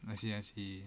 I see I see